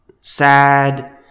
sad